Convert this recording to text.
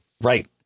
Right